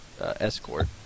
escort